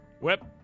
Whip